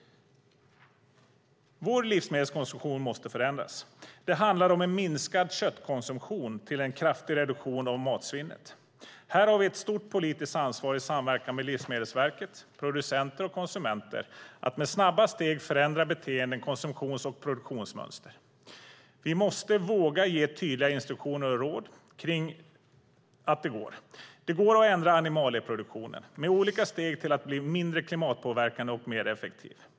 Vår livsmedelskonsumtion måste förändras. Det handlar om en minskad köttkonsumtion och en kraftig reduktion av matsvinnet. Här har vi ett stort politiskt ansvar i samverkan med Livsmedelsverket, producenter och konsumenter att med snabba steg förändra beteenden i konsumtions och produktionsmönster. Vi måste våga ge tydliga instruktioner och råd. Det går att ändra animalieproduktionen med olika steg till att bli mindre klimatpåverkande och mer effektiv.